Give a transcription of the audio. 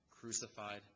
crucified